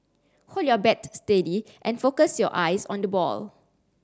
hold your bat steady and focus your eyes on the ball